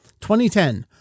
2010